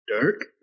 Dirk